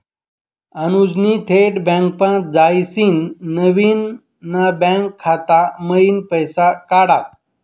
अनुजनी थेट बँकमा जायसीन नवीन ना बँक खाता मयीन पैसा काढात